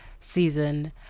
season